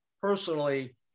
personally –